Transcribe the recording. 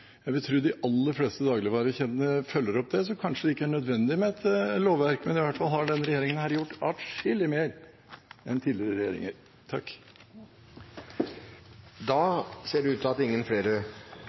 jeg vil tro de aller fleste dagligvarekjedene følger opp det, så kanskje det ikke er nødvendig med et lovverk. Men i hvert fall har denne regjeringen gjort atskillig mer enn tidligere regjeringer.